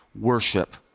worship